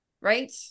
right